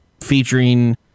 featuring